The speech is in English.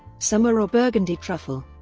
summer or burgundy truffle